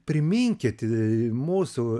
priminkit mūsų